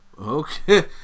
okay